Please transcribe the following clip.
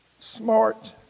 Smart